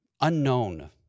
unknown